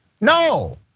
No